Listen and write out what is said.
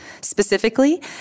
Specifically